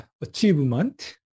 achievement